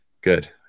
good